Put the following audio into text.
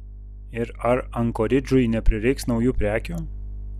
ir ar ankoridžui neprireiks naujų prekių